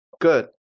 Good